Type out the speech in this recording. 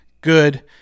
Good